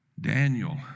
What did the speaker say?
Daniel